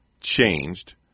Changed